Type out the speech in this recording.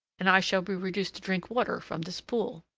and i shall be reduced to drink water from this pool.